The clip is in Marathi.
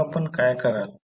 मग आपण काय कराल